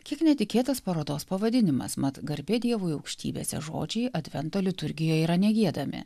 kiek netikėtas parodos pavadinimas mat garbė dievui aukštybėse žodžiai advento liturgija yra negiedami